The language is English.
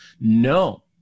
No